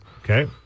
Okay